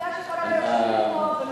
ועובדה שכולם יושבים פה ומהנהנים.